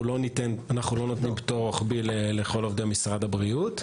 אנחנו לא נותנים פטור רוחבי לכל עובדי משרד הבריאות.